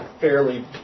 fairly